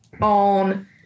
on